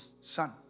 son